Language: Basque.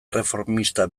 erreformista